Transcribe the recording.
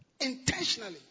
intentionally